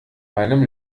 meinem